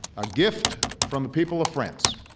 a gift from the people of france,